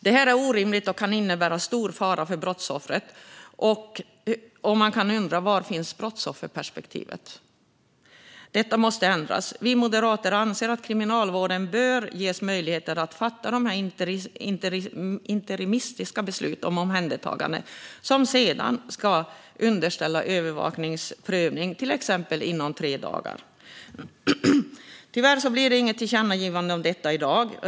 Det här är orimligt och kan innebära stor fara för brottsoffret. Man kan undra var brottsofferperspektivet finns. Detta måste ändras. Vi moderater anser att Kriminalvården bör ges möjlighet att fatta interimistiska beslut om omhändertagande som sedan, till exempel inom tre dagar, ska underställas övervakningsnämndens prövning. Tyvärr blir det inget tillkännagivande om detta i dag.